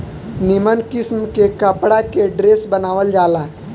निमन किस्म के कपड़ा के ड्रेस बनावल जाला